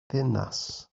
ddinas